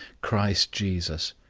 christ jesus,